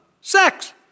Sex